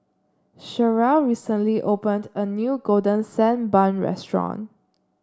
Cherrelle recently opened a new Golden Sand Bun Restaurant